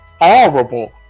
Horrible